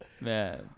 Man